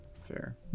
Fair